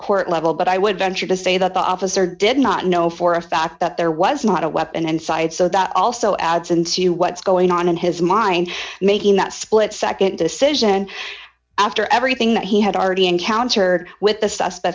court level but i would venture to say that the officer did not know for a fact that there was not a weapon inside so that also adds into what's going on in his mind making that split nd decision after everything that he had already encountered wit